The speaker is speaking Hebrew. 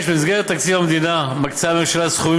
6. במסגרת תקציב המדינה מקצה הממשלה סכומים